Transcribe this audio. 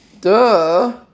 Duh